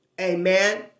Amen